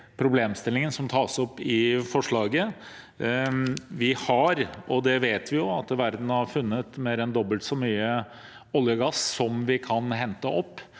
problemstilling som tas opp i forslaget. Vi vet at verden har funnet mer enn dobbelt så mye olje og gass som vi kan hente opp.